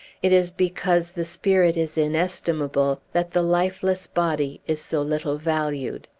it is because the spirit is inestimable that the lifeless body is so little valued.